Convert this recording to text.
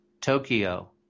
tokyo